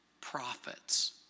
prophets